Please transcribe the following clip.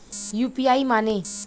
UPI माने?